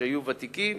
ותיקים,